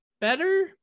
better